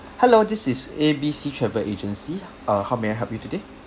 hello this is A B C travel agency uh how may I help you today